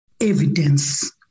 evidence